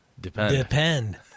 Depend